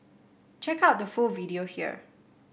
check out the full video here